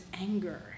anger